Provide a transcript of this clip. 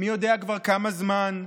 מי יודע כבר כמה זמן.